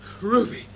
Ruby